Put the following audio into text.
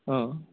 অঁ